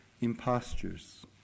impostures